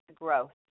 growth